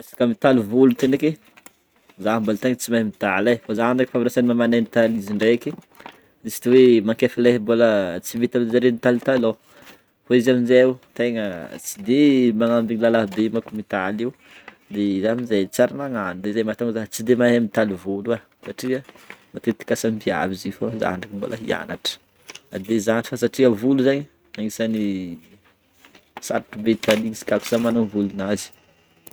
Resaka mitaly volo ty ndreky, za mbola tegna tsy mahay mitaly e, fa za ndraiky efa avy nasain'ny mamanay nitaly izy ndreky juste hoe mankefa le mbôla tsy vitan'zare nitaly taloha fô izy am'jay ô tegna tsy de magnambigny lalahy be manko mitaly io de zah am'zay tsy ary nagnano de zay mahantonga zah tsy de mahay mitaly volo a, satria matetika asam-biavy izy io fô zah ndreky mbola hianatra na de zany fa satria volo zegny agnisan'ny sarotra be taliana izy ka zah manao volonazy.